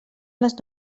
les